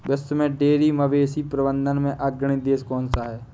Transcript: विश्व में डेयरी मवेशी प्रबंधन में अग्रणी देश कौन सा है?